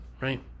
right